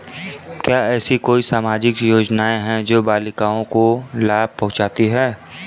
क्या ऐसी कोई सामाजिक योजनाएँ हैं जो बालिकाओं को लाभ पहुँचाती हैं?